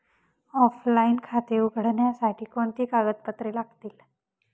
Offline खाते उघडण्यासाठी कोणती कागदपत्रे लागतील?